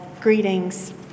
Greetings